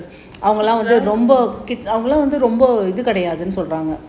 are the kids well